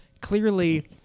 clearly